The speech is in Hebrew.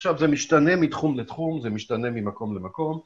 עכשיו זה משתנה מתחום לתחום, זה משתנה ממקום למקום.